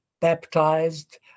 baptized